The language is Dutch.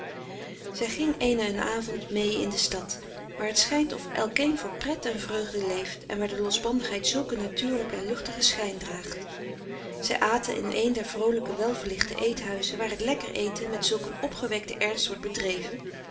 zij ging eene n avond mee in de stad waar het schijnt of elkeen voor pret en vreugde leeft en waar de losbandigheid zulk een natuurlijken en luchtigen schijn draagt zij aten in een der vroolijke wel verlichte eethuizen waar het lekker eten met zulk een opgewekten ernst wordt bedreven